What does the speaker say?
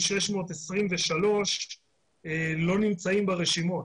כ-9,623 לא נמצאים ברשימות.